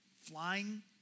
flying